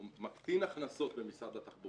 הוא מקטין הכנסות במשרד התחבורה,